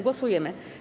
Głosujemy.